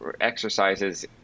exercises